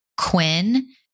Quinn